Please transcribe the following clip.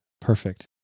Perfect